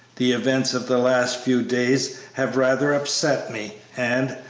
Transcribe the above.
the events of the last few days have rather upset me, and,